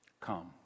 Come